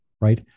Right